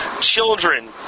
children